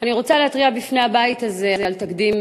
אני רוצה להתריע בפני הבית הזה על תקדים